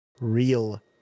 real